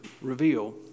reveal